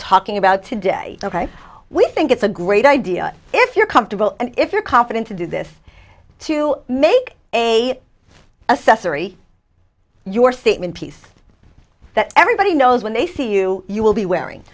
talking about today ok we think it's a great idea if you're comfortable and if you're confident to do this to make a assessor your statement piece that everybody knows when they see you you will be wearing